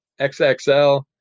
XXL